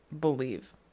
believe